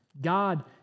God